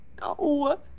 No